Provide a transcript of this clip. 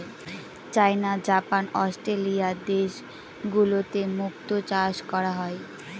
চাইনা, Japan, Australia দেশগুলোতে মুক্তো চাষ করা হয়